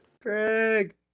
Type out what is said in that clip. Craig